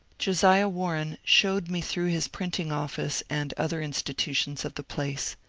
josiah warren showed me through his printing-office and other institutions of the place.